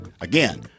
Again